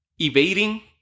evading